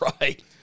Right